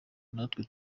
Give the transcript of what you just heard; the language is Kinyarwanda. natwe